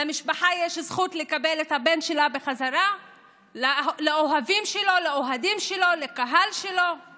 ודווקא אלה היו יכולים להיות חוקים